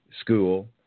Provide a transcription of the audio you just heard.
school